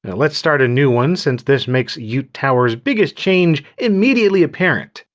and let's start a new one since this makes yoot tower's biggest change immediately apparent.